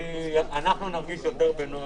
אנחנו נרגיש יותר בנוח